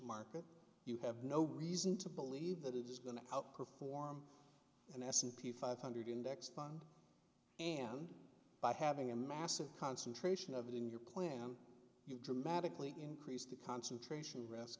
market you have no reason to believe that it is going to outperform an s and p five hundred index fund and by having a massive concentration of it in your plan you dramatically increase the concentration risk